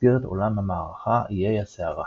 במסגרת עולם המערכה איי הסערה.